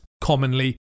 commonly